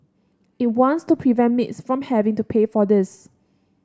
it wants to prevent maids from having to pay for this